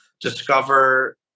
discover